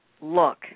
look